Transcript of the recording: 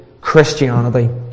Christianity